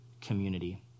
community